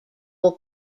will